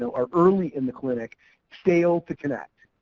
so are early in the clinic fail to connect,